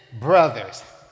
brothers